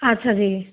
ਅੱਛਾ ਜੀ